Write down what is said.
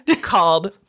Called